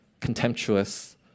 contemptuous